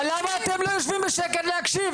אבל למה אתם לא יושבים בשקט להקשיב?